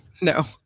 no